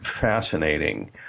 fascinating